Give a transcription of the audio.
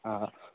हां